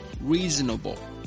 reasonable